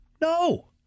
No